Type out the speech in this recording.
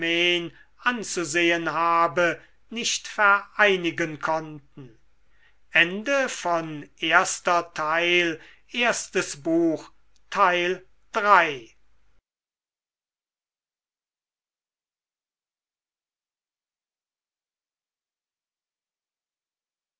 anzusehen habe nicht vereinigen konnten